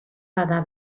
bada